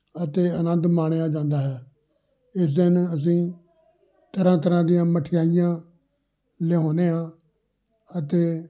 ਅਤੇ ਆਨੰਦ ਮਾਣਿਆ ਜਾਂਦਾ ਹੈ ਇਸ ਦਿਨ ਅਸੀਂ ਤਰ੍ਹਾਂ ਤਰ੍ਹਾਂ ਦੀਆਂ ਮਠਿਆਈਆਂ ਲਿਆਉਦੇ ਹਾਂ ਅਤੇ